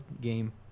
game